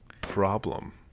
problem